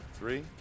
Three